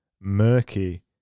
murky